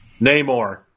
Namor